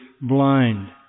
blind